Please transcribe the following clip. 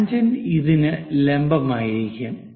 tangent ഇതിനു ലംബമായിരിക്കും